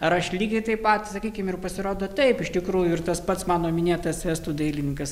ar aš lygiai taip pat sakykim ir pasirodo taip iš tikrųjų ir tas pats mano minėtas estų dailininkas